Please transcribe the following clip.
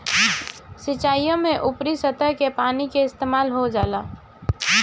सिंचाईओ में ऊपरी सतह के पानी के इस्तेमाल हो जाला